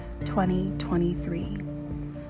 2023